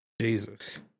Jesus